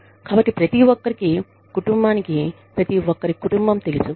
కాబట్టి ప్రతి ఒక్కరి కుటుంబానికి ప్రతి ఒక్కరి కుటుంబం తెలుసు